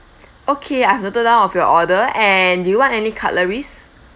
okay I've noted down all of your order and do you want any cutleries